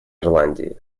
ирландии